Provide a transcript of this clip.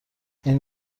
این